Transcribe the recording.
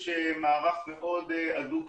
כי אתה עכשיו מדי יום אצלנו